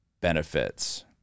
benefits